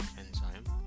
enzyme